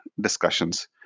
discussions